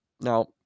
Now